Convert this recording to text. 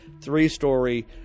three-story